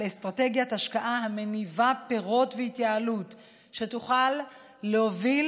אסטרטגיית השקעה המניבה פירות והתייעלות שתוכל להוביל